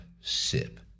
sip